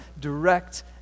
direct